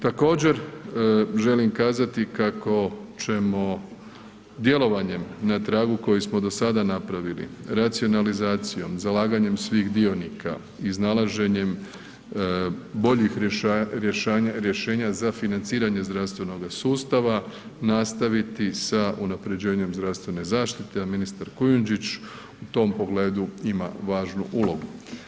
Također, želim kazati kako ćemo djelovanjem na tragu koji smo do sada napravili racionalizacijom, zalaganjem svih dionika, iznalaženjem boljih rješenja za financiranje zdravstvenoga sustava nastaviti sa unapređenjem zdravstvene zaštite, a ministar Kunjundžić u tom pogledu ima važnu ulogu.